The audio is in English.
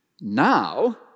Now